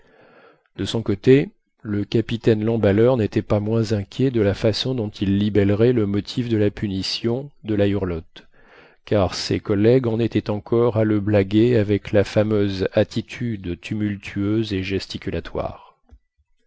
de son côté le capitaine lemballeur nétait pas moins inquiet de la façon dont il libellerait le motif de la punition de la hurlotte car ses collègues en étaient encore à le blaguer avec la fameuse attitude tumultueuse et gesticulatoire